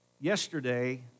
Yesterday